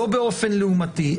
לא באופן לעומתי,